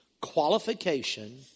qualification